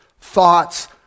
thoughts